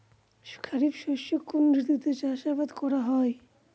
খরিফ শস্য কোন ঋতুতে চাষাবাদ করা হয়?